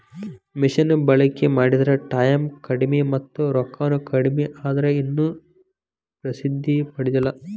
ಮಿಷನ ಬಳಕಿ ಮಾಡಿದ್ರ ಟಾಯಮ್ ಕಡಮಿ ಮತ್ತ ರೊಕ್ಕಾನು ಕಡಮಿ ಆದ್ರ ಇನ್ನು ಪ್ರಸಿದ್ದಿ ಪಡದಿಲ್ಲಾ